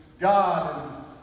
God